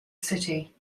city